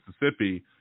Mississippi